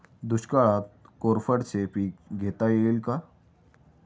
दुष्काळात कोरफडचे पीक घेता येईल का?